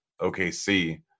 OKC